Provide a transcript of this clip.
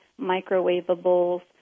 microwavables